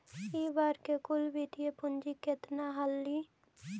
इ बार के कुल वित्तीय पूंजी केतना हलइ?